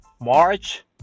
March